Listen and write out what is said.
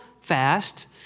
fast